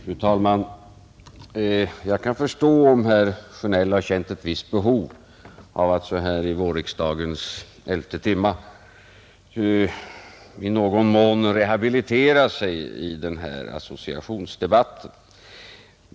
Fru talman! Jag kan förstå om herr Sjönell har känt ett visst behov av att så här i vårriksdagens elfte timma i någon mån rehabilitera sig i denna associationsdebatt.